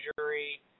injury